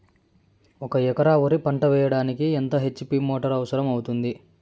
ఒక ఎకరా వరి పంట చెయ్యడానికి ఎంత హెచ్.పి మోటారు అవసరం అవుతుంది?